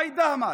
חי דהמש,